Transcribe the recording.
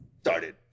Started